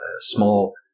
small